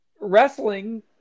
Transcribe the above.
wrestling